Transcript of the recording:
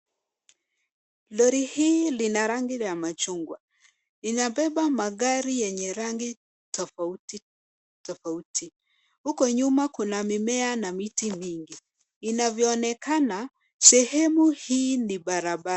Lori hii lina rangi ya machungwa. Inabeba magari yenye rangi tofauti tofauti. Huko nyuma kuna mimea na miti mingi. Inavyoonekana, sehemu hii ni barabara.